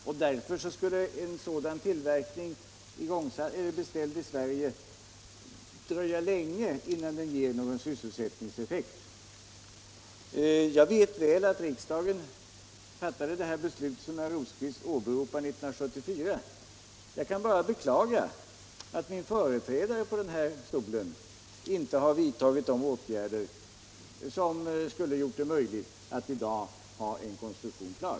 Därför skulle det dröja länge innan en sådan tillverkning, de kollektiva beställd i Sverige, ger någon sysselsättningseffekt. trafikmedlen till de Jag vet väl att riksdagen 1974 fattade det beslut som herr Rosqvist rörelsehindrades åberopar. Jag kan bara beklaga att min företrädare i ämbetet inte har Möjligheter vidtagit de åtgärder som skulle ha gjort det möjligt att i dag ha en konstruktion klar.